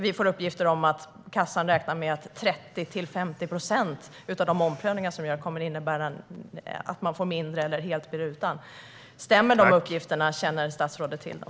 Vi får uppgifter om att Försäkringskassan räknar med att 30-50 procent av de omprövningar som görs kommer att innebära att människor får mindre eller helt blir utan. Stämmer de uppgifterna? Känner statsrådet till dem?